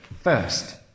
first